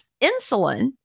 insulin